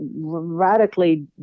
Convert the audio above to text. radically